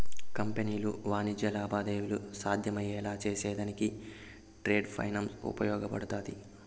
కంపెనీలు వాణిజ్య లావాదేవీలు సాధ్యమయ్యేలా చేసేదానికి ట్రేడ్ ఫైనాన్స్ ఉపయోగపడతాది